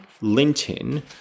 Linton